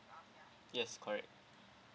yes correct